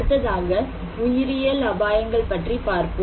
அடுத்ததாக உயிரியல் அபாயங்கள் பற்றி பார்ப்போம்